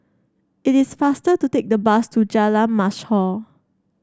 it is faster to take the bus to Jalan Mashhor